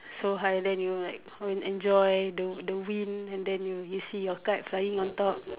so high then you will like oh enjoy the the wind and then you see your kite flying on top